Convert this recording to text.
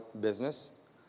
business